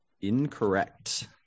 Incorrect